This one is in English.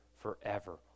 forever